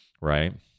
right